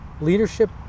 leadership